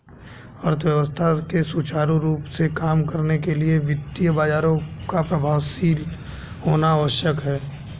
अर्थव्यवस्था के सुचारू रूप से काम करने के लिए वित्तीय बाजारों का प्रभावशाली होना आवश्यक है